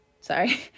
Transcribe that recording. Sorry